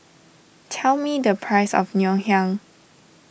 tell me the price of Ngoh Hiang